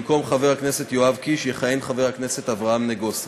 במקום חבר הכנסת יואב קיש יכהן חבר הכנסת אברהם נגוסה.